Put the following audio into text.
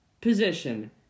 position